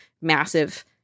massive